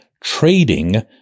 trading